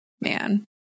man